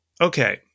Okay